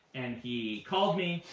and he called me.